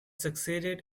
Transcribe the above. succeeded